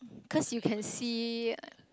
cause you can see